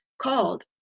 called